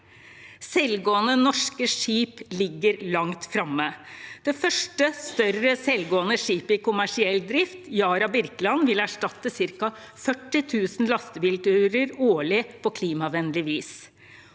Selvgående norske skip ligger langt framme. Det første større selvgående skipet i kommersiell drift, Yara Birkeland, vil erstatte cirka 40 000 lastebilturer årlig, på klimavennlig vis.